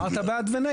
כן, אבל אמרת בעד ונגד.